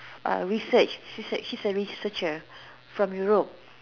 uh research she's a she's a researcher from Europe